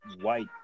white